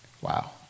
wow